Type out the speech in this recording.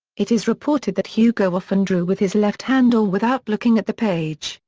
it is reported that hugo often drew with his left hand or without looking at the page,